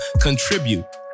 contribute